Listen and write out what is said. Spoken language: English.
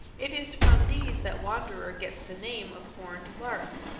it is from these that wanderer gets the name of horned lark.